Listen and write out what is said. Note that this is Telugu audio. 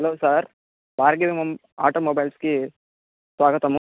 హలో సార్ భార్గవి మో ఆటోమొబైల్స్కి స్వాగతము